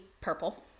purple